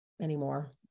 anymore